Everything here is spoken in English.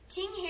King